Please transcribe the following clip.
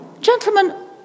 Gentlemen